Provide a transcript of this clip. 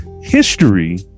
history